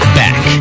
back